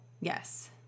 Yes